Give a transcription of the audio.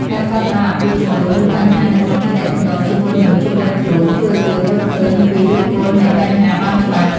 ការកត់ត្រាអំពីជម្លោះ ឬបញ្ហានៅក្នុងទំនាក់ទំនងជាមួយមនុស្សជុំវិញខ្លួន ជួយឱ្យយើងមើលឃើញពីឫសគល់នៃបញ្ហាបានច្បាស់។